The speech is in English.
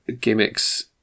gimmicks